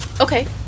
okay